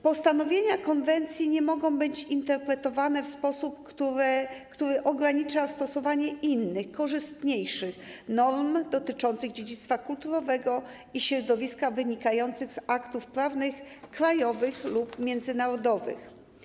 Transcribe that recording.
Postanowienia konwencji nie mogą być interpretowane w sposób, który ogranicza stosowanie innych, korzystniejszych norm dotyczących dziedzictwa kulturowego i środowiska, wynikających z aktów prawnych krajowych lub międzynarodowych.